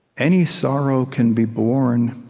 any sorrow can be borne